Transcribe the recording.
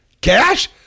Cash